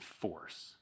force